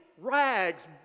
rags